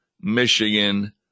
Michigan